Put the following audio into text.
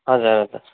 हजुर हजुर